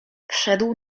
wszedł